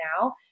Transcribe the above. now